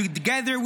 Together,